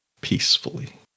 peacefully